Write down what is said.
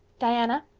diana?